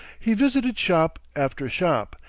he visited shop after shop,